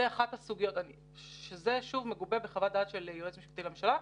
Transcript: זה מגובה בחוות דעת של יועץ משפטי לממשלה,